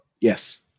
Yes